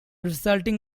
resulting